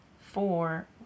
Four